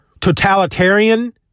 totalitarian